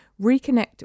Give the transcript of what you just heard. Reconnect